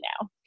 now